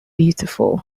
beautiful